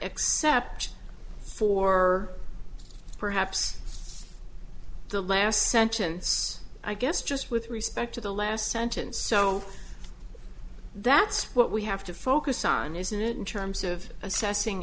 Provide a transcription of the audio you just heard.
except for perhaps the last sentence i guess just with respect to the last sentence so that's what we have to focus on isn't it in terms of assessing